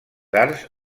arts